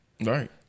right